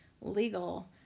legal